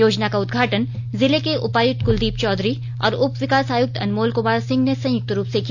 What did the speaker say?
योजना का उदघाटन जिले के उपायुक्त कुलदीप चौधरी और उपविकास आयुक्त अनमोल कुमार सिंह ने संयुक्त रूप से किया